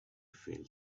fell